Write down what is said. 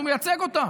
הוא מייצג אותם.